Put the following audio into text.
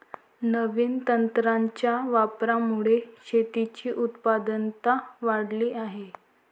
नवीन तंत्रज्ञानाच्या वापरामुळे शेतीची उत्पादकता वाढली आहे